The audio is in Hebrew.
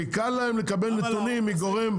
כי קל להם לקבל נתונים מגורם ספציפי.